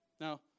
Now